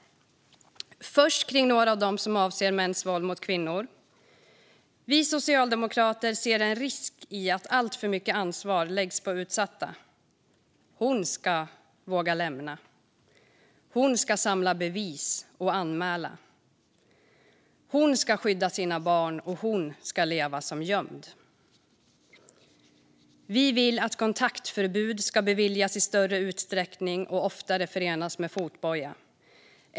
När det gäller dem som avser mäns våld mot kvinnor ser vi socialdemokrater en risk i att alltför mycket ansvar läggs på utsatta. Hon ska våga lämna honom. Hon ska samla bevis och anmäla. Hon ska skydda sina barn, och hon ska leva gömd. Vi vill att kontaktförbud ska beviljas i större utsträckning och oftare förenas med fotboja.